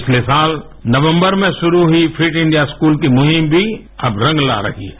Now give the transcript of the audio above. पिछले साल नवम्बर में शुरू हुई फिट इंडिया स्कूल की मुहिम भी अब रंग ला रही है